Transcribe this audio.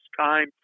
time